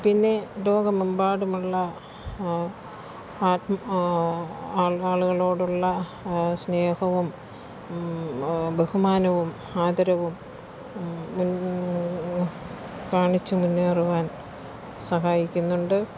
പിന്നെ ലോകമെമ്പാടുമുള്ള ആത്മ ആൾ ആളുകളോടുള്ള സ്നേഹവും ബഹുമാനവും ആദരവും മുന് കാണിച്ച് മുന്നേറുവാൻ സഹായിക്കുന്നുണ്ട്